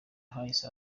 hahise